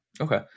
Okay